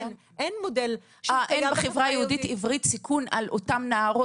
אין בחברה היהודית-עברית סיכון על אותן נערות